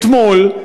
אתמול,